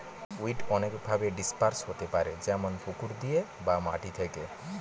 weed অনেকভাবে disperse হতে পারে যেমন পুকুর দিয়ে বা মাটি থেকে